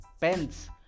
pens